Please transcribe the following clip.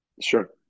Sure